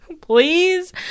please